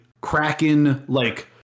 Kraken-like